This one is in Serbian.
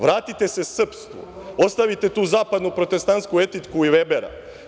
Vratite se srpstvu, ostavite tu zapadnu protestantsku etiku i Vebera.